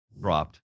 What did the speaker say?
dropped